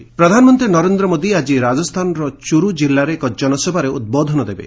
PM Rajasthan ପ୍ରଧାନମନ୍ତ୍ରୀ ନରେନ୍ଦ୍ର ମୋଦି ଆଜି ରାଜସ୍ଥାନର ଚୁରୁ ଜିଲ୍ଲାରେ ଏକ ଜନସଭାରେ ଉଦ୍ବୋଧନ ଦେବେ